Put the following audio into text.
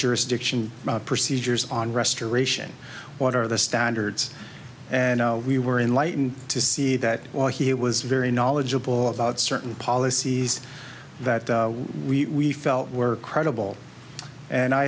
jurisdiction procedures on restoration what are the standards and we were in lightened to see that while he was very knowledgeable about certain policies that we felt were credible and i